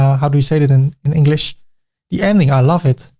how do we say it it and in english the ending. i love it.